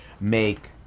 make